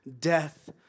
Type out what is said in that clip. death